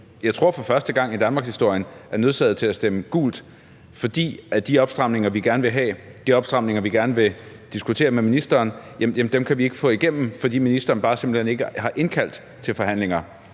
jeg tror for første gang i danmarkshistorien – er nødsaget til at stemme gult, fordi de opstramninger, vi gerne vil have, de opstramninger, vi gerne vil diskutere med ministeren, kan vi ikke få igennem, fordi ministeren simpelt hen bare ikke har indkaldt til forhandlinger.